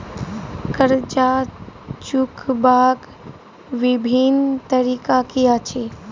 कर्जा चुकबाक बिभिन्न तरीका की अछि?